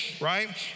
right